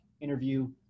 interview